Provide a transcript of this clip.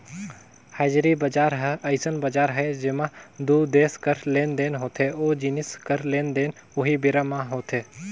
हाजिरी बजार ह अइसन बजार हरय जेंमा दू देस कर लेन देन होथे ओ जिनिस कर लेन देन उहीं बेरा म होथे